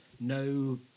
no